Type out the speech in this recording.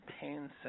pain